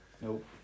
Nope